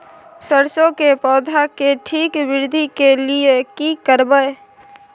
सरसो के पौधा के ठीक वृद्धि के लिये की करबै?